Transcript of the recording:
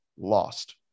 lost